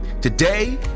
Today